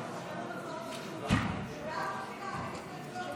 כעת נצביע על